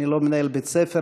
אני לא מנהל בית-ספר,